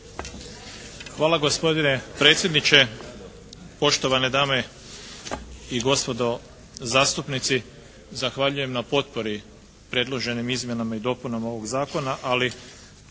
Hvala gospodine predsjedniče. Poštovane dame i gospodo zastupnici, zahvaljujem na potpori predloženim izmjenama i dopunama ovog zakona, ali